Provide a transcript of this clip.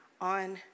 on